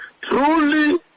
Truly